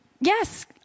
Yes